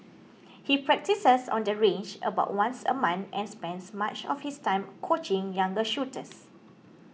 he practises on the range about once a month and spends much of his time coaching younger shooters